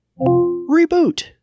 Reboot